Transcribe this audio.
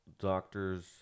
doctors